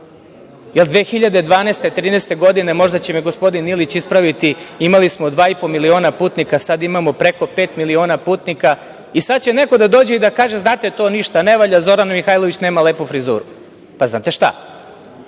2012. ili 2013. godine, možda će me gospodin Ilić ispraviti, imali smo dva i po miliona putnika, a sada imamo preko pet miliona putnika i sad će neko da dođe i da kaže – znate, to ništa ne valja. Zorana Mihajlović nema lepu frizuru. Znate šta?